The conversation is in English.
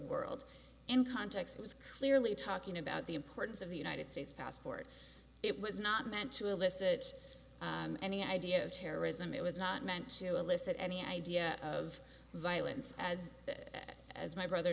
world in context was clearly talking about the importance of the united states passport it was not meant to illicit any idea of terrorism it was not meant to illicit any idea of violence as as my brother